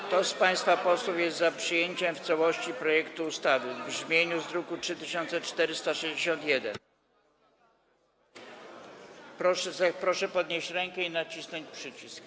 Kto z państwa posłów jest za przyjęciem w całości projektu ustawy w brzmieniu z druku nr 3461, proszę podnieść rękę i nacisnąć przycisk.